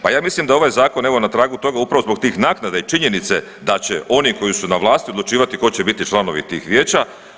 Pa ja mislim da je ovaj zakon evo na tragu upravo zbog tih naknada i činjenice da će oni koji su na vlasti odlučivati tko će biti članovi tih vijeća.